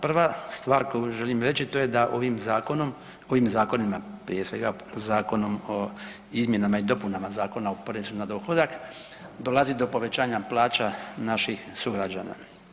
Prva stvar koju želim reći, a to je da ovim zakonom, ovim zakonima prije svega, Zakonom o izmjenama i dopunama Zakon o porezu na dohodak, dolazi do povećanja plaća naših sugrađana.